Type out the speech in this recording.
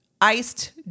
iced